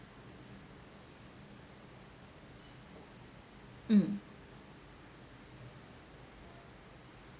mm